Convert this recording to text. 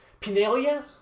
Penalia